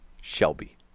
Shelby